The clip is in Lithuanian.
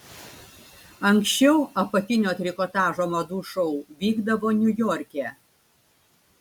anksčiau apatinio trikotažo madų šou vykdavo niujorke